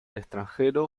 extranjero